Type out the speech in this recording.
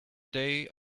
day